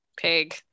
pig